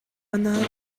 анаан